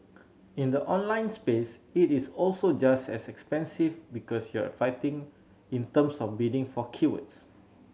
in the online space it is also just as expensive because you're fighting in terms of bidding for keywords